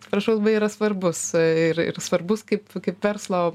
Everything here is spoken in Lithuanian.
atsiprašau labai yra svarbus ir ir svarbus kaip kaip verslo